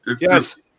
yes